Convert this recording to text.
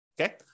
Okay